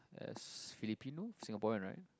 as Filipino Singaporean right